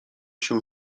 się